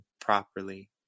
properly